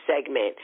segment